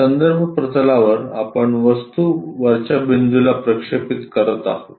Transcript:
संदर्भ प्रतलावर आपण वस्तू वरच्या बिंदूला प्रक्षेपित करत आहोत